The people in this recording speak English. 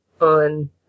on